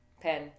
Pen